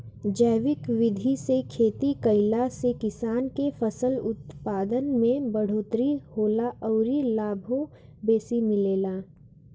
जैविक विधि से खेती कईला से किसान के फसल उत्पादन में बढ़ोतरी होला अउरी लाभो बेसी मिलेला